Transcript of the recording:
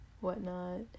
whatnot